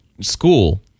school